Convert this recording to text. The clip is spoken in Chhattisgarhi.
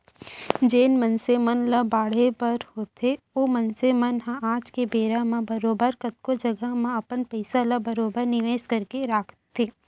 जेन मनसे मन ल बाढ़े बर होथे ओ मनसे मन ह आज के बेरा म बरोबर कतको जघा म अपन पइसा ल बरोबर निवेस करके राखथें